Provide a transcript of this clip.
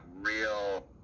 real